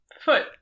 foot